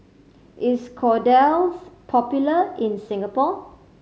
is Kordel's popular in Singapore